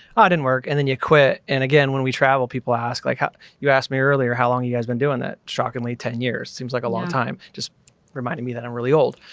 ah didn't work. and then you quit. and again, when we travel, people ask like how you asked me earlier how long you guys been doing that? shockingly, ten years seems like a long time. just reminded me that i'm really old.